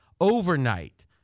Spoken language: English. overnight